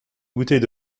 bouteille